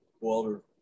Walter